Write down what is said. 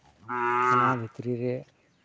ᱚᱱᱟ ᱵᱷᱤᱛᱨᱤ ᱨᱮ